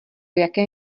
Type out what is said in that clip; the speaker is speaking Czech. jaké